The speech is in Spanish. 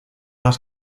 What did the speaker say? las